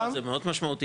אז זה מאוד משמעותי.